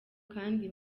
kandi